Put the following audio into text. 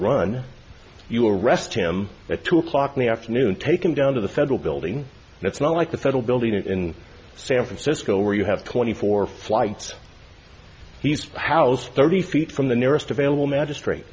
run you arrest him at two o'clock in the afternoon take him down to the federal building and it's not like the federal building in san francisco where you have twenty four flights he's house thirty feet from the nearest available